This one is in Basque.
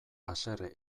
haserre